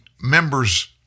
members